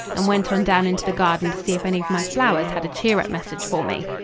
and went on down into the garden to see if any of my flowers had a cheer-up message for me.